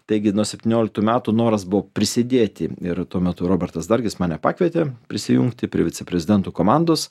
taigi nuo septynioliktų metų noras buvo prisidėti ir tuo metu robertas dargis mane pakvietė prisijungti prie viceprezidentų komandos